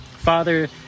Father